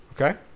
Okay